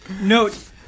Note